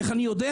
איך אני יודע?